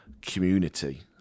community